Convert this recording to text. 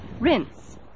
Rinse